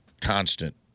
constant